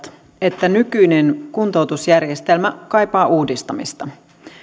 että nykyinen kuntoutusjärjestelmä kaipaa uudistamista